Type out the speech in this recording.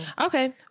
Okay